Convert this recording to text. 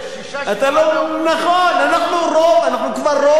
שישה, שבעה, נכון, אנחנו רוב, אנחנו כבר רוב.